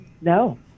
No